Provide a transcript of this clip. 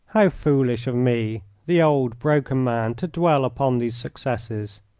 how foolish of me, the old, broken man, to dwell upon these successes,